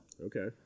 Okay